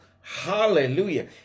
Hallelujah